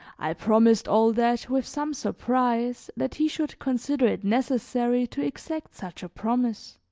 i promised all that with some surprise that he should consider it necessary to exact such a promise.